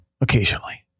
occasionally